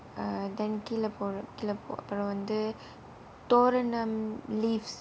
uh then கீழே போறோம் கீழே அப்புறம் வந்து தோரணை:kizhae porom kizhae appuram vanthu thoranai leaves